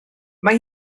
mae